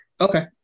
Okay